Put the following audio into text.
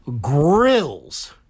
grills